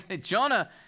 Jonah